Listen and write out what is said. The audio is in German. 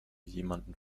jemanden